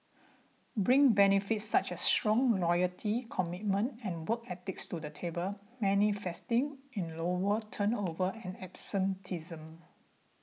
bring benefits such as strong loyalty commitment and work ethics to the table manifesting in lower turnover and absenteeism